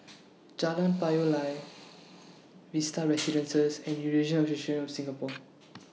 Jalan Payoh Lai Vista Residences and Eurasian Association of Singapore